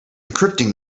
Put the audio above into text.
encrypting